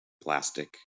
plastic